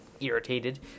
irritated